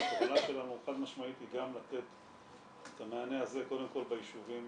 אבל הכוונה שלנו חד משמעית היא גם לתת את המענה הזה קודם כל ביישובים